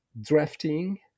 drafting